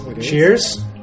Cheers